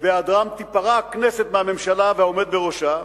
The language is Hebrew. ובהיעדרכם תיפרע הכנסת מהממשלה והעומד בראשה.